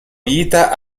vita